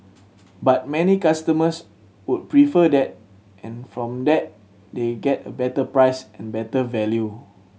but many customers would prefer that and from that they get a better price and better value